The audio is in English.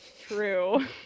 True